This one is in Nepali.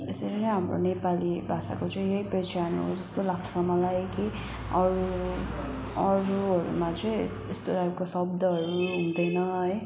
यसरी नै हाम्रो नेपाली भाषाको चाहिँ यही पहिचान हो जस्तो लाग्छ मलाई कि अरू अरूहरूमा चाहिँ यस्तो टाइपको शब्दहरू हुँदैन है